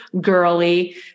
girly